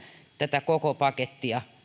tätä koko pakettia